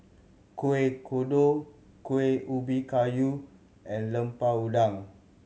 Kuih Kodok Kueh Ubi Kayu and Lemper Udang